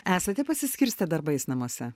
esate pasiskirstę darbais namuose